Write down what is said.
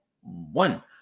one